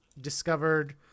discovered